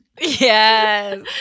Yes